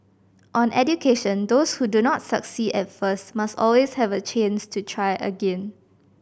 on education those who do not succeed at first must always have a chance to try again